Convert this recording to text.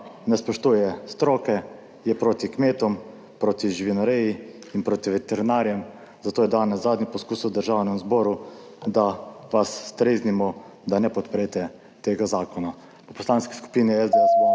ne spoštuje stroke, je proti kmetom, proti živinoreji in proti veterinarjem, zato je danes zadnji poskus v Državnem zboru, da vas streznimo, da ne podprete tega zakona. V Poslanski skupini SDS bomo